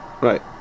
Right